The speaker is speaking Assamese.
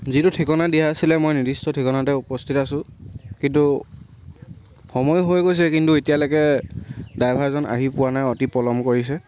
যিটো ঠিকনা দিয়া আছিলে মই নিৰ্দিষ্ট ঠিকনাতে উপস্থিত আছো কিন্তু সময় হৈ গৈছে কিন্তু এতিয়ালৈকে ডাইভাৰজন আহি পোৱা নাই অতি পলম কৰিছে